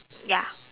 ya